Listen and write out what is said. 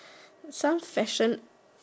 some fashion